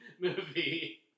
movie